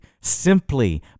simply